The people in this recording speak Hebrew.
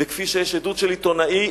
וכפי שיש עדות של עיתונאי,